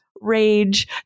rage